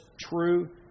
true